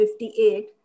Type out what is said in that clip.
58